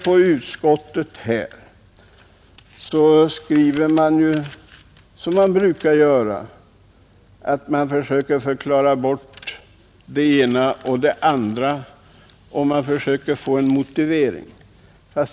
Utskottet skriver som man brukar göra och försöker förklara bort det ena och det andra för att få en motivering.